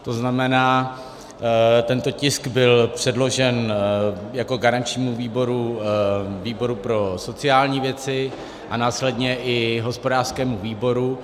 To znamená, tento tisk byl předložen jako garančnímu výboru výboru pro sociální věci a následně i hospodářskému výboru.